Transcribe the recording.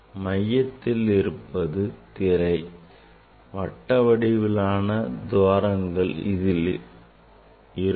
மையத்தில் உள்ள திரையில் இருப்பது வட்ட வடிவிலான துவாரங்கள் ஆகும்